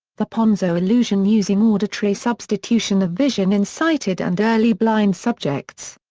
the ponzo illusion using auditory substitution of vision in sighted and early blind subjects.